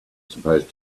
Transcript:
supposed